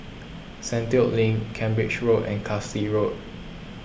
Sentul Link Cambridge Road and Carlisle Road